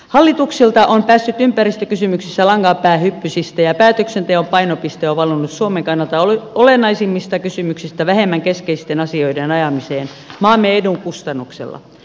hallitukselta on päässyt ympäristökysymyksissä langanpää hyppysistä ja päätöksenteon painopiste on valunut suomen kannalta olennaisimmista kysymyksistä vähemmän keskeisten asioiden ajamiseen maamme edun kustannuksella